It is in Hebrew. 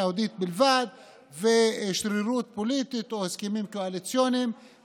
היהודית בלבד ושרירות פוליטית או הסכמים קואליציוניים,